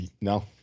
No